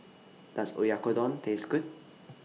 Does Oyakodon Taste Good